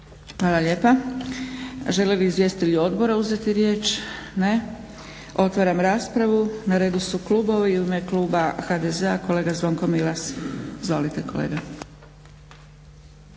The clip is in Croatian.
Hvala lijepa. Žele li izvjestitelji odbora uzeti riječ? Ne. Otvaram raspravu. Na redu su klubovi. U ime kluba HDZ-a kolega Zvonko Milas. Izvolite kolega.